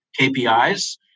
KPIs